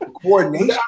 Coordination